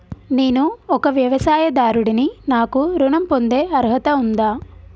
నేను ఒక వ్యవసాయదారుడిని నాకు ఋణం పొందే అర్హత ఉందా?